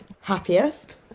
happiest